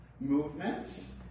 Movements